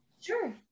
Sure